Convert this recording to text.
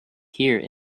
here